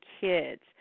kids